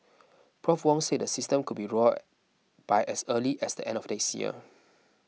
Prof Wong said the system could be rolled by as early as the end of next year